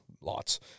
lots